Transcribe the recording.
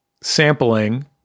sampling